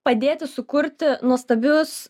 padėti sukurti nuostabius